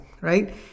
right